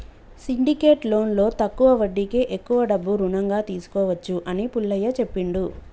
syndicate లోన్లో తక్కువ వడ్డీకే ఎక్కువ డబ్బు రుణంగా తీసుకోవచ్చు అని పుల్లయ్య చెప్పిండు